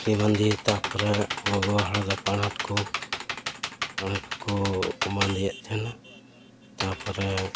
ᱯᱩᱛᱞᱤ ᱵᱟᱸᱫᱮ ᱛᱟᱨᱯᱚᱨᱮ ᱜᱚᱜᱚ ᱦᱚᱲ ᱫᱚ ᱯᱟᱲᱦᱟᱴ ᱠᱚ ᱯᱟᱲᱦᱟᱴ ᱠᱚ ᱵᱟᱸᱫᱮᱭᱮᱫ ᱛᱟᱦᱮᱱᱟ ᱛᱟᱯᱚᱨᱮ